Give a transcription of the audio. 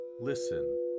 listen